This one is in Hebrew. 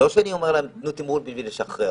לא שאני אומר לתת תמרון בשביל לשחרר,